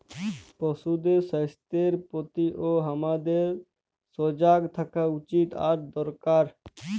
পশুদের স্বাস্থ্যের প্রতিও হামাদের সজাগ থাকা উচিত আর দরকার